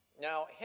Now